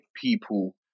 people